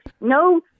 no